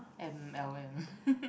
M_L_M